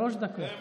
שלוש דקות.